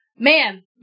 Man